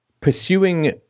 pursuing